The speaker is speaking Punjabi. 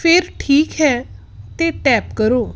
ਫਿਰ ਠੀਕ ਹੈ 'ਤੇ ਟੈਪ ਕਰੋ